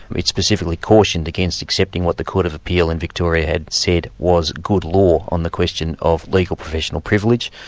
it specifically cautioned against accepting what the court of appeal in victoria had said was good law on the question of legal professional privilege,